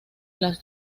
las